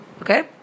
Okay